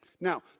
Now